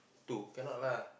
two cannot lah